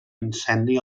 incendi